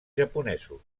japonesos